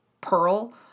Pearl